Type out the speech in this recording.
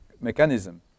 mechanism